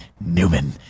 Newman